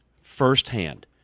firsthand